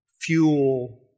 fuel